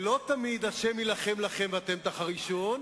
ולא תמיד ה' יילחם לכם ואתם תחרישון,